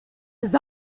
his